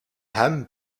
hem